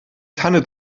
tanne